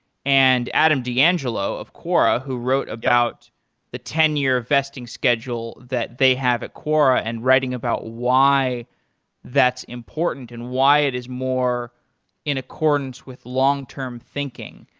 and adam d'angelo of quora who wrote about the ten year vesting schedule that they have a quora and writing about why that's important and why it is more in accordance with long-term thinking.